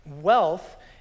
Wealth